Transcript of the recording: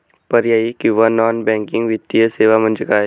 पर्यायी किंवा non banking वित्तीय सेवा म्हणजे काय?